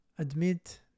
Admit